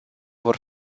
vor